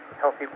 Healthy